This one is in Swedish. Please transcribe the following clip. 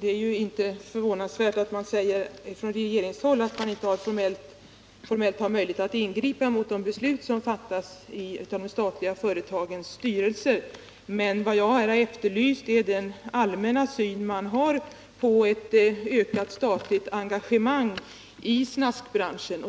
Det är inte förvånande att man på regeringshåll säger att man inte formellt har möjlighet att ingripa mot de beslut som fattas i de statliga företagens styrelser, men vad jag här har efterlyst är den allmänna syn man har på ett ökat statlig engagemang i snaskbranschen genom Tobaksbolaget.